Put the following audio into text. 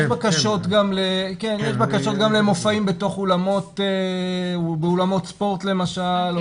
יש בקשות גם למופעים באולמות ספורט למשל או